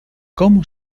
cómo